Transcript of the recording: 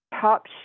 top